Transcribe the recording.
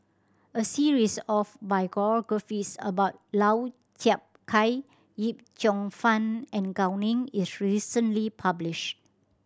a series of biographies about Lau Chiap Khai Yip Cheong Fun and Gao Ning is recently publish